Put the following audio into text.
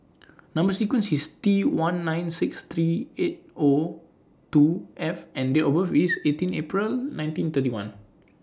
Number sequence IS T one nine six three eight O two F and Date of birth IS eighteen April nineteen thirty one